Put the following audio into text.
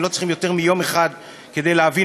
הם לא צריכים יותר מיום אחד כדי להבין